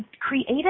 creative